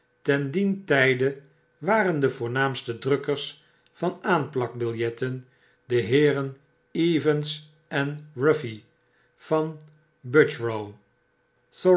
te dien tijde waren de voornaamste drukkers van aanplakbiljetten de heeren evans ruffy van